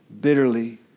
bitterly